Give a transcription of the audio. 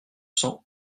cents